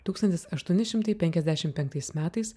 tūkstantis aštuoni šimtai penkiasdešim penktais metais